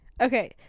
Okay